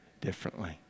differently